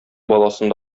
баласын